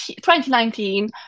2019